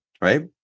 Right